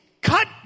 cut